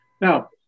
Now